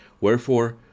wherefore